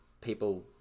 people